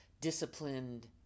disciplined